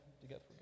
together